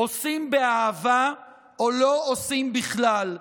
עושים באהבה או לא עושים בכלל.